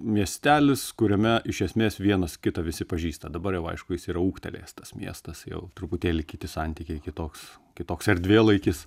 miestelis kuriame iš esmės vienas kitą visi pažįsta dabar jau aišku jis yra ūgtelėjęs tas miestas jau truputėlį kiti santykiai kitoks kitoks erdvėlaikis